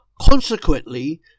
Consequently